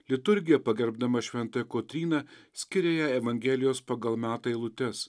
liturgija pagerbdama šventąją kotryną skiria jai evangelijos pagal matą eilutes